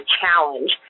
challenge